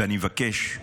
ואני מבקש,